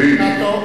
חברת הכנסת אדטו.